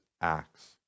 acts